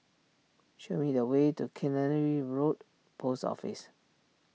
show me the way to Road Post Office